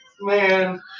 Man